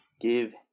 give